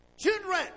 Children